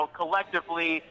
collectively